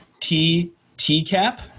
ttcap